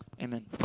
Amen